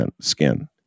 skin